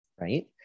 right